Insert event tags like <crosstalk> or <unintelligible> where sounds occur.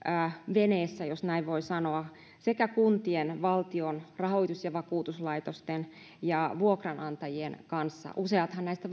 veneessä jos näin voi sanoa sekä kuntien valtion rahoitus ja vakuutuslaitosten ja vuokranantajien kanssa useat näistä <unintelligible>